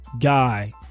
guy